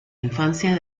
infancia